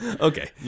Okay